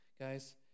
Guys